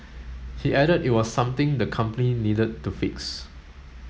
he added it was something the company needed to fix